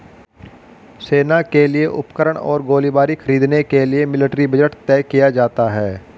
सेना के लिए उपकरण और गोलीबारी खरीदने के लिए मिलिट्री बजट तय किया जाता है